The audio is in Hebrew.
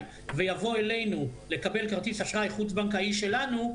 ויבוא אלינו לקבל כרטיס אשראי חוץ-בנקאי שלנו,